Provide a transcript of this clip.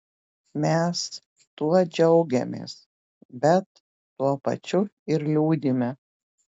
mes tuo džiaugiamės bet tuo pačiu ir liūdime